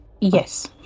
Yes